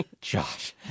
Josh